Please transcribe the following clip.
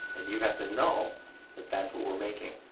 and you have to know that that's what we're making,